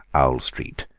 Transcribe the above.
owl street,